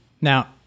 now